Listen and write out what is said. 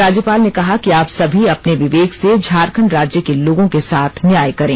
राज्यपाल ने कहा कि आप सभी अपने विवेक से झारखंड राज्य के लोगों के साथ न्याय करें